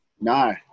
No